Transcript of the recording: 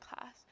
class